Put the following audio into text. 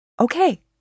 okay